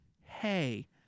hey